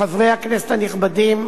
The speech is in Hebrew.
חברי הכנסת הנכבדים,